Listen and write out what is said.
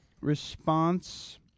response